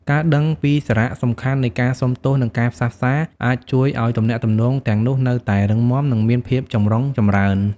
ការដឹងពីសារៈសំខាន់នៃការសុំទោស និងការផ្សះផ្សា អាចជួយឱ្យទំនាក់ទំនងទាំងនោះនៅតែរឹងមាំ និងមានភាពចម្រុងចម្រើន។